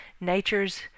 nature's